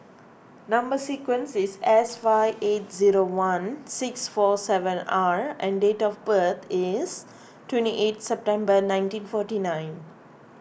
Number Sequence is S five eight zero one six four seven R and date of birth is twenty eight September nineteen forty nine